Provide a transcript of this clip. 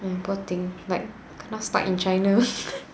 !aiya! poor thing like kena stuck in china